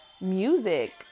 music